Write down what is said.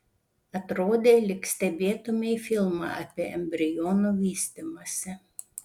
atrodė lyg stebėtumei filmą apie embrionų vystymąsi